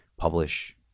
publish